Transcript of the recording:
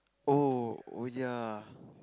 oh oh ya